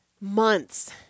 months